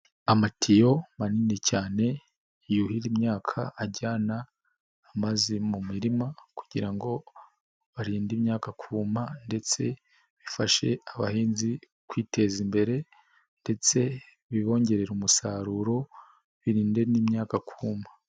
Amatiyo manini cyane yuhira imyaka ajyana amazi mu mirima kugira ngo barinde imyaka kuma ndetse bifashe abahinzi kwiteza imbere ndetse bibongerere umusaruro, biririnde n'imyaka kuma.